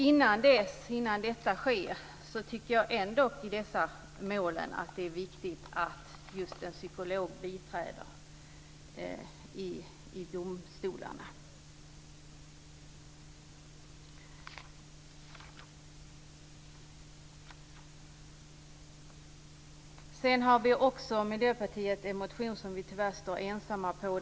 Innan detta sker tycker jag ändock att det är viktigt att psykologer biträder i domstolarna i dessa mål. Miljöpartiet har också en motion som vi tyvärr står ensamma bakom.